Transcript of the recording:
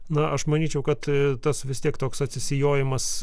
na aš manyčiau kad tas vis tiek toks atsijojimas